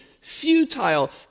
futile